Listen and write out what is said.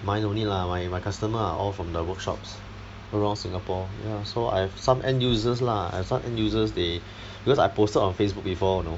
mine no need lah my my customer all from the workshops around singapore ya so I have some end users lah I have some end users they because I posted on Facebook before you know